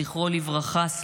זכרו לברכה,